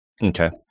Okay